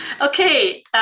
Okay